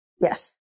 Yes